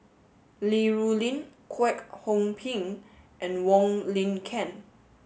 Li Rulin Kwek Hong Png and Wong Lin Ken